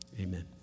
amen